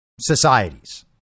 societies